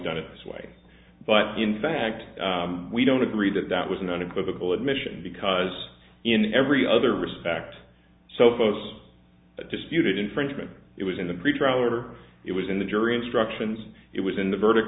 done it this way but in fact we don't agree that that was an unequivocal admission because in every other respect so folks disputed infringement it was in the pretrial or it was in the jury instructions it was in the verdict